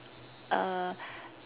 uh